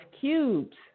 Cube's